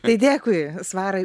tai dėkui svarai